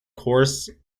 course